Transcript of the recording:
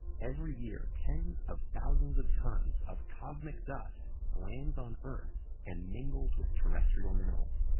every year, tens of thousands of tons of cosmic dust lands on earth and mingles with terrestrial minerals.